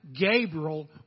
Gabriel